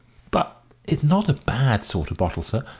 but it's not a bad sort of bottle, sir,